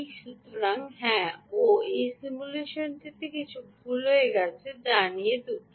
সুতরাং হ্যাঁ ওহ এই সিমুলেশনটিতে কিছু ভুল হয়ে গেছে যা নিয়ে দুঃখিত